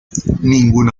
ninguna